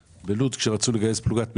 כשרצו לגייס פקודת מילואים,